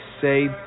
say